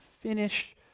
finish